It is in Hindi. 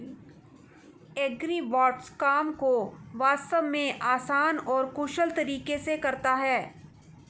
एग्रीबॉट्स काम को वास्तव में आसान और कुशल तरीके से करता है